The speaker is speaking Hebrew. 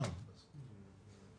ובתקופה הזאת יותר